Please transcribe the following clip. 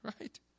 right